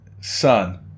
Son